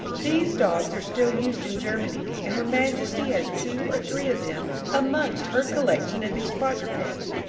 these dogs are still used in germany, and her majesty has two or three of them amongst her collection of these quadrupeds.